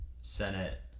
Senate